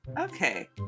Okay